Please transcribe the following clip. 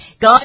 God